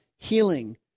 healing